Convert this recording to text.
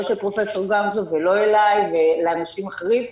של פרופ' גמזו ולא אליי ולאנשים אחרים,